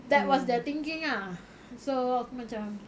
that was their thinking lah so aku macam